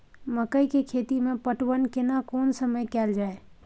मकई के खेती मे पटवन केना कोन समय कैल जाय?